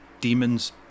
demons